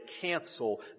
cancel